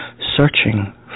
Searching